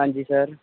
ਹਾਂਜੀ ਸਰ